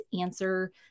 answer